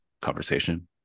conversation